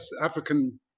African